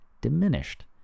diminished